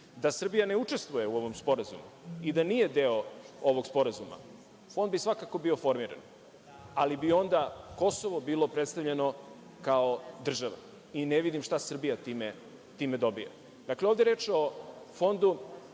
UN.Da Srbija ne učestvuje u ovom sporazumu i da nije deo ovog sporazuma, Fond bi svakako bio formiran, ali bi onda Kosovo bilo predstavljeno kao država i ne vidim šta Srbija tim dobija. Dakle, ovde je reč o Fondu